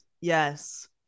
Yes